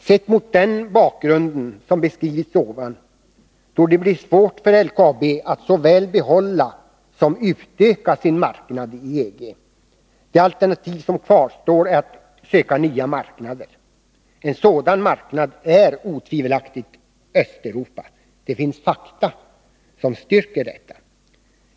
Sett mot den bakgrund som jag beskrivit torde det bli svårt för LKAB såväl att behålla som att utöka sin marknad i EG. Det alternativ som kvarstår är att söka nya marknader. En sådan marknad är otvivelaktigt Östeuropa. Det finns fakta som styrker detta.